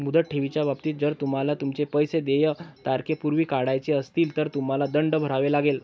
मुदत ठेवीच्या बाबतीत, जर तुम्हाला तुमचे पैसे देय तारखेपूर्वी काढायचे असतील, तर तुम्हाला दंड भरावा लागेल